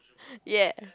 ya